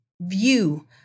view